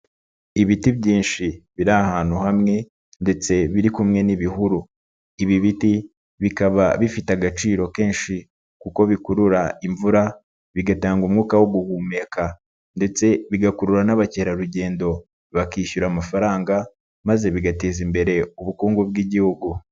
Ibiti byinshi biri ahantu hamwe ndetse biri kumwe n'ibihuru, ibi biti bikaba bifite agaciro kenshi kuko bikurura imvura, bigatanga umwuka wo guhumeka ndetse bigakurura n'abakerarugendo bakishyura amafaranga, maze bigateza imbere ubukungu bw'igihugu.